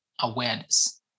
awareness